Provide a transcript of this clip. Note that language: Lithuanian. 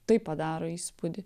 tai padaro įspūdį